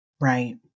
Right